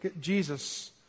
Jesus